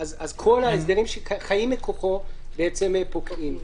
כל ההסדרים שחיים מכוחו פוקעים,